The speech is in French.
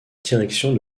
direction